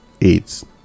aids